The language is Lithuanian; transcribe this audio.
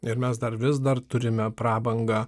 ir mes dar vis dar turime prabangą